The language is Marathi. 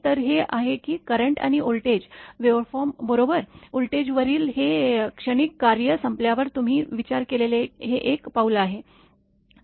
तर हे आहे की करंट आणि व्होल्टेज वेव्हफॉर्म बरोबर व्होल्टेजवरील हे क्षणिक कार्य संपल्यावर तुम्ही विचार केलेले हे एक पाऊल आहे